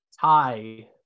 tie